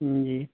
جی